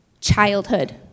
childhood